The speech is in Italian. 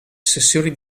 sessioni